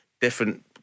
different